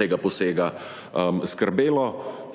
tega posega skrbelo.